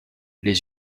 les